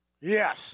Yes